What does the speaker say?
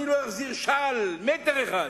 לא אחזיר שעל, מטר אחד.